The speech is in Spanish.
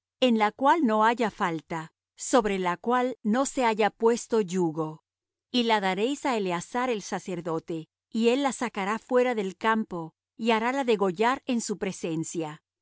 en la cual no haya falta sobre la cual no se haya puesto yugo y la daréis á eleazar el sacerdote y él la sacará fuera del campo y harála degollar en su presencia